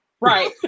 Right